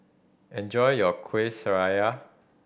enjoy your kuih sraya